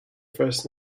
first